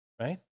right